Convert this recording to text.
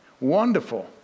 Wonderful